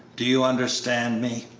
do you understand me?